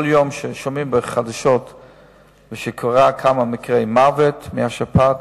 כל יום שומעים בחדשות שקרו כמה מקרי מוות מהשפעת.